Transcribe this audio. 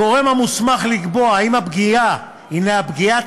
הגורם המוסמך לקבוע אם פגיעה הנה פגיעת